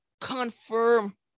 confirm